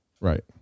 Right